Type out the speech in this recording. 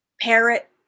parrot